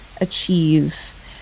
achieve